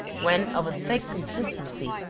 when of a thick consistency,